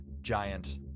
giant